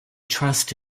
trust